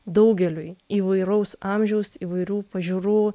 daugeliui įvairaus amžiaus įvairių pažiūrų